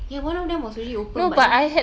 ya but one of them was already open but then